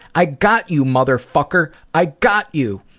i got you motherfucker. i got you!